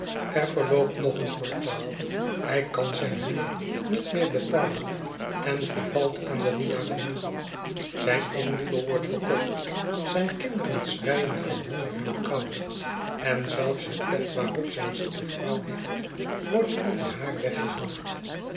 er verloopt nog een kwarsghetsen van boz taal hij kan zijn huur niet meer betalen en vervalt aan de diaconie zijn inboedel wordt v erkocht zijn kinderen schreien van honger en koude en zelfs bet bed waarop zijn zieke vrouw ligt wordt onder haar weggehaald